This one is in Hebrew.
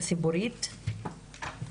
סנגוריה ציבורית, בבקשה.